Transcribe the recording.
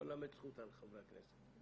בוא נלמד זכות על חברי הכנסת.